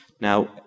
Now